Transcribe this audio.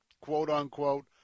quote-unquote